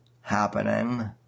happening